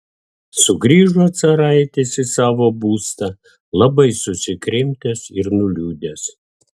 sugrįžo caraitis į savo būstą labai susikrimtęs ir nuliūdęs